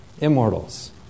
immortals